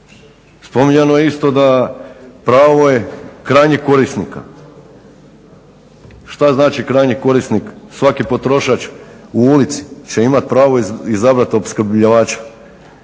Spominjano je isto da pravo je krajnjeg korisnika. Šta znači krajnji korisnik svaki potrošač u ulici će imati pravo izabrat opskrbljivača.